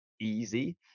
easy